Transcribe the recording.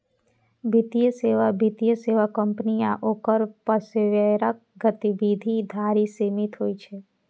वित्तीय सेवा वित्तीय सेवा कंपनी आ ओकर पेशेवरक गतिविधि धरि सीमित होइ छै